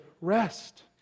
rest